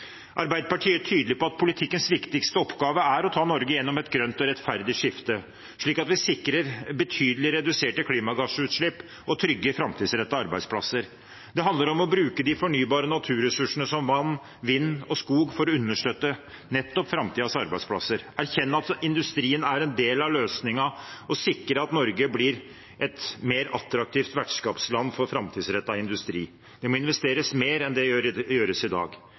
Arbeiderpartiet er tydelig på at politikkens viktigste oppgave er å ta Norge gjennom et grønt og rettferdig skifte, slik at vi sikrer betydelig reduserte klimagassutslipp og trygge, framtidsrettede arbeidsplasser. Det handler om å bruke de fornybare naturressursene, som vann, vind og skog, for å understøtte nettopp framtidens arbeidsplasser, erkjenne at industrien er en del av løsningen, og sikre at Norge blir et mer attraktivt vertskapsland for framtidsrettet industri. Det må investeres mer enn det gjøres i dag.